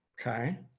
Okay